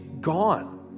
gone